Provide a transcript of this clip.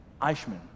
Eichmann